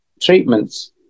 treatments